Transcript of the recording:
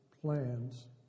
plans